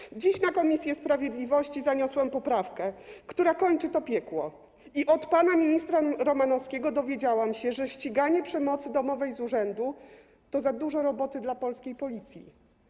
Dziś na posiedzenie komisji sprawiedliwości zaniosłam poprawkę, która kończy to piekło, i od pana ministra Romanowskiego dowiedziałam się, że ściganie przemocy domowej z urzędu to za dużo roboty dla polskiej Policji.